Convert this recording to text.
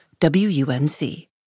WUNC